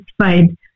satisfied